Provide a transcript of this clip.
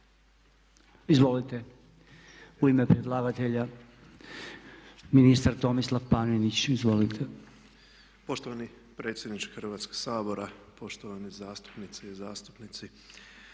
Izvolite, u ime predlagatelja ministar Tomislav Panenić. Izvolite. **Panenić, Tomislav (MOST)** Poštovani predsjedniče Hrvatskoga sabora, poštovane zastupnice i zastupnici.